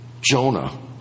Jonah